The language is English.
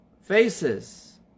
faces